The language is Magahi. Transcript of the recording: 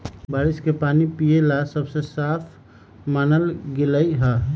बारिश के पानी पिये ला सबसे साफ मानल गेलई ह